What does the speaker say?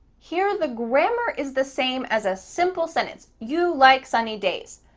here, the grammar is the same as a simple sentence. you like sunny days.